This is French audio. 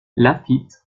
laffitte